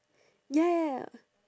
ya ya